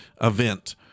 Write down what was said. event